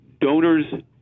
donors